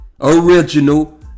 original